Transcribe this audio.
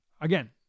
Again